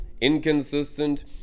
inconsistent